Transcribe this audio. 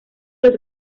los